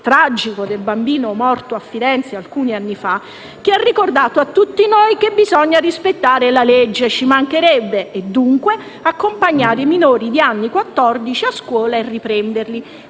tragico del bambino morto a Firenze alcuni anni fa, che ha ricordato a noi tutti che bisogna rispettare la legge - ci mancherebbe - e dunque accompagnare i minori di anni quattordici a scuola e riprenderli.